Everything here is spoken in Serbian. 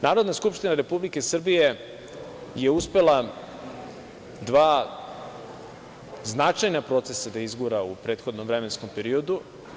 Narodna skupština Republike Srbije je uspela dva značajna procesa da izgura u prethodnom vremenskom periodu.